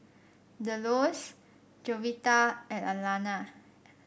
Delos Jovita and Alana